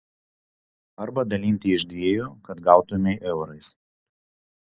arba dalinti iš dviejų kad gautumei eurais